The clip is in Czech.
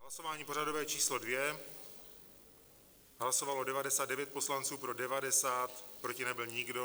Hlasování pořadové číslo 2, hlasovalo 99 poslanců, pro 90, proti nebyl nikdo.